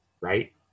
right